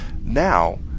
now